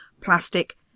plastic